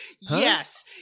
yes